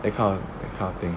that kind of that kind of thing